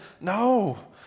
no